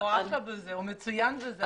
הוא אשף בזה, הוא מצוין בזה.